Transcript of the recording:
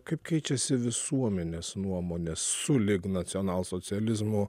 kaip keičiasi visuomenės nuomonė sulig nacionalsocializmo